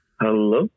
Hello